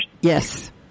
Yes